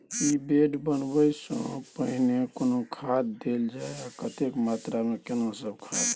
की bed बनबै सॅ पहिने कोनो खाद देल जाय आ कतेक मात्रा मे केना सब खाद?